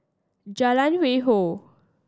Jalan Hwi Yoh